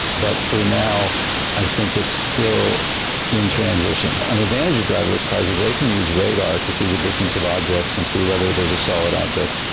but for now i think it's still in transition. an advantage of driverless cars is they can use radar to see the distance of objects and see whether there is a solid object.